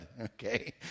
okay